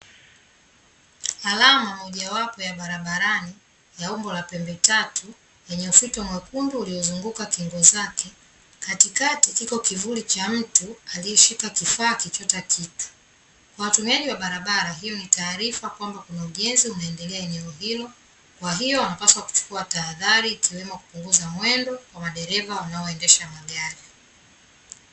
Alama moja wapo ya barabarani ya umbo la pembe tatu, yenye ufito mwekundu uliozunguka kingo zake. Katikati kiko kivuli cha mtu alieshika kifaa akichota kitu. Kwa watumiaji wa barabara, hiyo ni taarifa kwamba kuna ujenzi unaendelea eneo hilo, kwahiyo wanapaswa kuchukua tahadhari ikiwemo kupunguza mwendo kwa madereva wanao endesha magari.